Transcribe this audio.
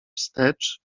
wstecz